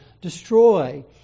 destroy